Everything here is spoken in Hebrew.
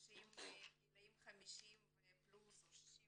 אנשים בגילאי 50 או 60 פלוס,